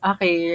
Okay